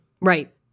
Right